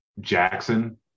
Jackson